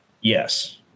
Yes